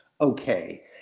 okay